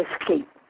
escape